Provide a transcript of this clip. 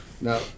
Now